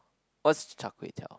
what's Char-Kway-Teow